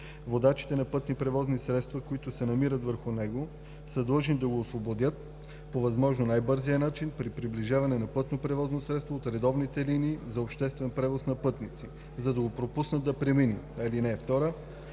водачите на пътни превозни средства, които се намират върху него, са длъжни да го освободят по възможно най-бързия начин при приближаване на пътно превозно средство от редовните линии за обществен превоз на пътници, за да го пропуснат да премине.